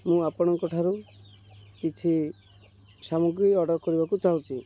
ମୁଁ ଆପଣଙ୍କ ଠାରୁ କିଛି ସାମଗ୍ରୀ ଅର୍ଡ଼ର କରିବାକୁ ଚାହୁଁଛି